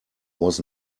was